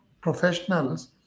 professionals